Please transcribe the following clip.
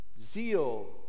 Zeal